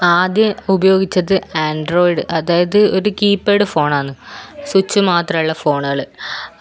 ആദ്യം ഉപയോഗിച്ചത് ആൻഡ്രോയിഡ് അതായത് ഒരു കീപാഡ് ഫോണാണ് സ്വിച്ച് മാത്രമുള്ള ഫോണുകൾ